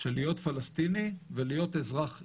של להיות פלסטיני ולהיות אזרח ישראלי.